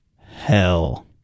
hell